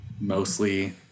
mostly